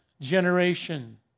generation